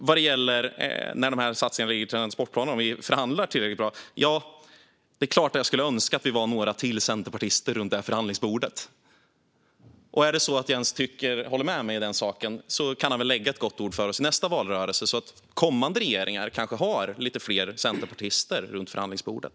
Vad gäller satsningarna i transportplanen och om vi förhandlar tillräckligt bra skulle jag såklart önska att vi var några centerpartister till runt förhandlingsbordet. Är det så att Jens Holm håller med mig i den saken kan han väl lägga ett gott ord för oss i nästa valrörelse så att kommande regeringar kanske har lite fler centerpartister runt förhandlingsbordet.